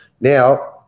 now